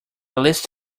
list